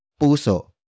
puso